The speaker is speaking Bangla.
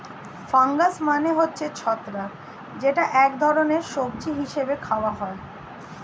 ফানগাস মানে হচ্ছে ছত্রাক যেটা এক ধরনের সবজি হিসেবে খাওয়া হয়